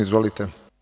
Izvolite.